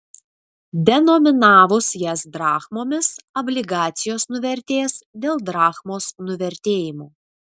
denominavus jas drachmomis obligacijos nuvertės dėl drachmos nuvertėjimo